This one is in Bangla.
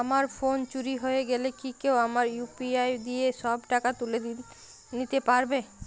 আমার ফোন চুরি হয়ে গেলে কি কেউ আমার ইউ.পি.আই দিয়ে সব টাকা তুলে নিতে পারবে?